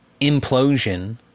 implosion